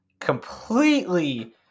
completely